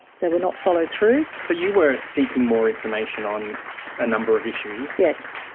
they were not followed through. so you were seeking more information on a number of issues. yes.